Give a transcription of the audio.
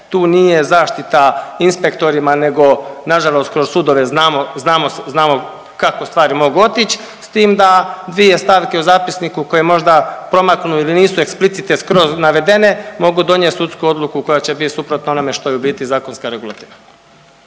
tu nije zaštita inspektorima nego nažalost kroz sudove znamo, znamo kako stvari mogu otići. S tim da dvije stavke u zapisniku koje možda promaknu ili eksplicite skroz navedene mogu donijeti sudsku odluku koja će bit suprotna onome što je u biti zakonska regulativa.